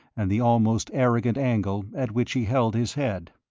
and the almost arrogant angle at which he held his head.